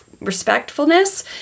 respectfulness